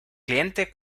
cliente